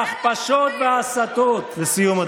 ההכפשות וההסתות, אתה בושה לכנסת.